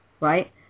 right